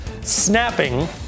snapping